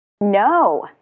No